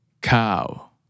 Cow